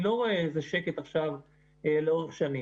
אני לא רואה איזה שקט עכשיו שיהיה לאורך שנים.